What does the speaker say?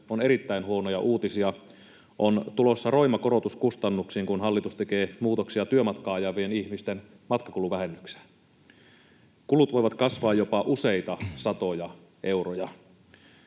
on erittäin huonoja uutisia. On tulossa roima korotus kustannuksiin, kun hallitus tekee muutoksia työmatkaa ajavien ihmisten matkakuluvähennykseen. Kulut voivat kasvaa jopa useita satoja euroja.